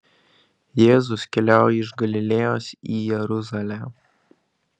jėzus keliauja iš galilėjos į jeruzalę